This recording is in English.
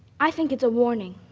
i think it's a warning.